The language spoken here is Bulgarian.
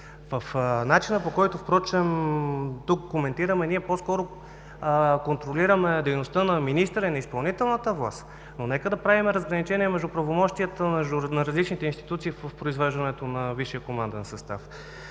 В начина, по който тук коментираме, ние по-скоро контролираме дейността на министъра и на изпълнителната власт. Но нека да правим разграничение между правомощията на различните институции в произвеждането на висшия команден състав.